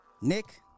Nick